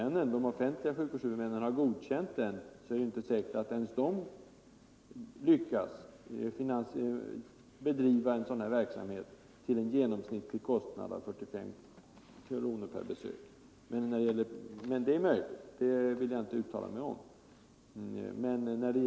Även om de offentliga sjukvårdshuvudmännen har godkänt beloppet är det inte säkert att man lyckas bedriva verksamheten till en genomsnittlig kostnad av 45 kronor per besök. Det är möjligt att man kan det, men inte säkert.